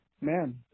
man